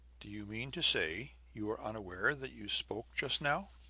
do you mean to say you are unaware that you spoke just now?